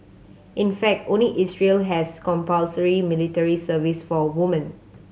in fact only Israel has compulsory military service for women